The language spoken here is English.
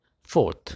fourth